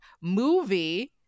movie